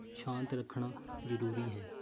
ਸ਼ਾਂਤ ਰੱਖਣਾ ਜ਼ਰੂਰੀ ਹੈ